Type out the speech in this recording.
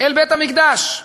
אל בית-המקדש.